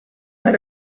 went